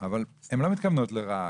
אבל הן לא מתכוונות לרעה,